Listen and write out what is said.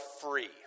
free